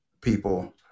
people